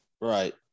Right